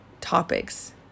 topics